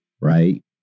right